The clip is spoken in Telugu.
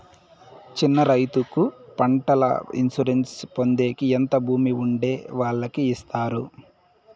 చిన్న రైతుకు పంటల ఇన్సూరెన్సు పొందేకి ఎంత భూమి ఉండే వాళ్ళకి ఇస్తారు?